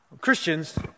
Christians